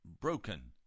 Broken